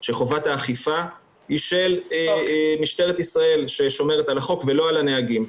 שחובת האכיפה היא של משטרת ישראל ששומרת על החוק ולא על הנהגים.